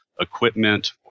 equipment